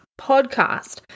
podcast